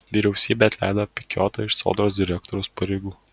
vyriausybė atleido pikiotą iš sodros direktoriaus pareigų